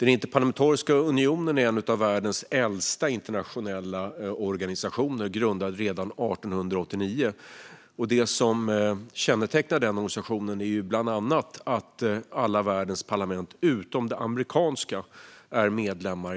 Interparlamentariska unionen är en av världens äldsta internationella organisationer, grundad redan 1889. Det som kännetecknar denna organisation är bland annat att alla världens parlament utom det amerikanska är medlemmar.